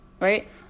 Right